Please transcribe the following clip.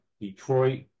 Detroit